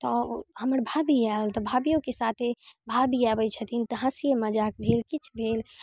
तऽ हमर भाभियो आयल तऽ हमर भाभियोके साथे भाभी आबै छथिन तऽ हँसी मजाक भेल किछु भेल